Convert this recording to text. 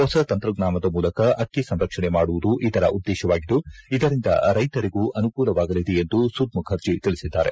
ಹೊಸ ತಂತ್ರಜ್ಞಾನದ ಮೂಲಕ ಅಕ್ಕಿ ಸಂರಕ್ಷಣೆ ಮಾಡುವುದು ಇದರ ಉದ್ದೇಶವಾಗಿದ್ದು ಇದರಿಂದ ರೈತರಿಗೂ ಅನುಕೂಲವಾಗಲಿದೆ ಎಂದು ಸುದ್ ಮುಖರ್ಜಿ ತಿಳಿಸಿದ್ದಾರೆ